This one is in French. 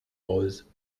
roses